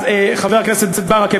חבר הכנסת ברכה,